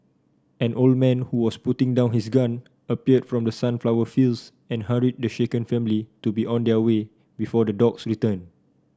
an old man who was putting down his gun appeared from the sunflower fields and hurried the shaken family to be on their way before the dogs return